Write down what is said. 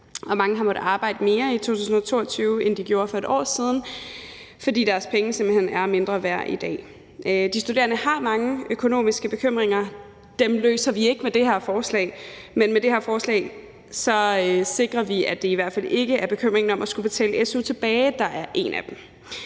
mange har måttet arbejde mere i 2022, end de gjorde for et år siden, fordi deres penge simpelt hen er mindre værd i dag. De studerende har mange økonomiske bekymringer. Dem løser vi ikke med det her forslag, men med det her forslag sikrer vi, at det i hvert fald ikke er bekymringen om at skulle betale su tilbage, der er en af dem.